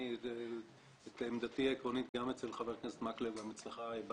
את עמדתי העקרונית הבעתי גם אצל חבר הכנסת מקלב וגם אצלך.